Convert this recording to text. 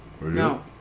No